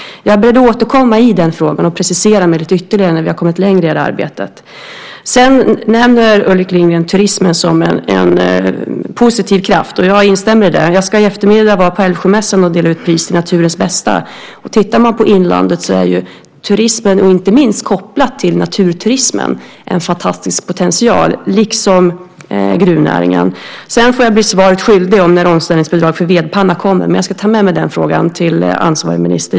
Jag behöver återkomma i frågan och precisera mig lite ytterligare när vi har kommit längre i arbetet. Ulrik Lindgren nämner turismen som en positiv kraft. Jag instämmer i det. Jag ska i eftermiddag vara på Älvsjömässan och dela ut pris i Naturens Bästa. Turismen i inlandet är inte minst kopplad till naturturismen. Den har en fantastisk potential - liksom gruvnäringen. Jag får bli svaret skyldig när omställningsbidraget för vedpanna kommer. Jag ska ta med mig den frågan till ansvarig minister.